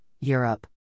Europe